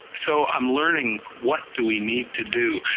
so i'm learning what do we need to do,